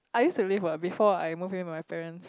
I used already [what] before I move in with my parents